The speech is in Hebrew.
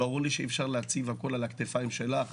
ברור לי שאי אפשר להציב הכול על הכתפיים שלך.